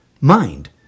mind